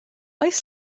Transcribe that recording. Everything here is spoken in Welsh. oes